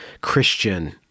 Christian